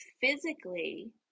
Physically